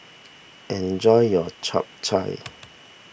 enjoy your Chap Chai